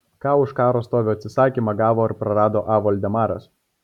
ką už karo stovio atsisakymą gavo ar prarado a voldemaras